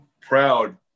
proud